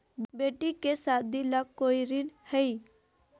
बेटी के सादी ला कोई ऋण हई?